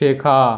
শেখা